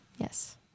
Yes